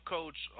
Coach